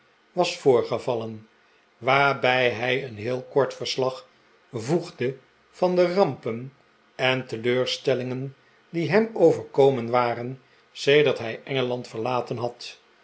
was voorgevallen waarbij hij een heel kort verslag voegde van de rampen en teleurstellingen die hem overkomen waren sedert hij engeland verlaten had